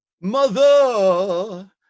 Mother